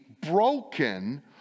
broken